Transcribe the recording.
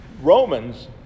Romans